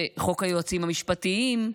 וחוק היועצים המשפטיים,